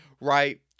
right